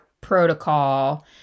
protocol